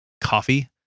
coffee